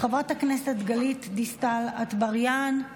חברת הכנסת גלית דיסטל אטבריאן,